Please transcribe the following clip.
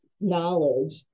knowledge